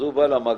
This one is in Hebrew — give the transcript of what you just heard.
אז הוא בא למג"ד,